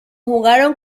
jugaron